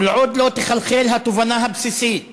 כל עוד לא תחלחל התובנה הבסיסית